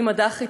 היא מד"כית,